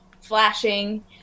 flashing